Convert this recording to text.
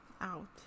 out